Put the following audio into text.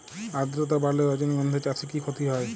আদ্রর্তা বাড়লে রজনীগন্ধা চাষে কি ক্ষতি হয়?